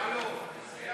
לוועדה